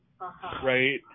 Right